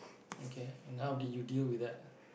okay and how did you deal with that